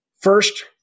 First